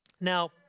Now